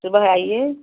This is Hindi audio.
सुबह आइए